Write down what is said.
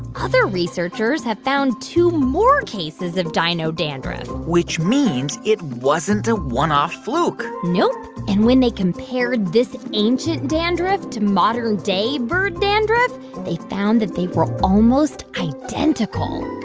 other researchers have found two more cases of dino dandruff which means it wasn't a one-off fluke nope. and when they compared this ancient dandruff to modern-day bird dandruff they found that they were almost identical.